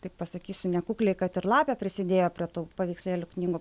taip pasakysiu nekukliai kad ir lapė prisidėjo prie tų paveikslėlių knygų